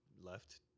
left